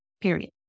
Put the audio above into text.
period